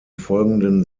folgenden